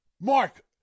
Mark